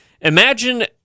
Imagine